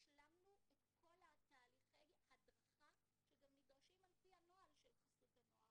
השלמנו את כל תהליכי ההדרכה שגם נדרשים על פי הנוהל של חסות הנוער.